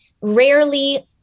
rarely